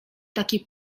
taki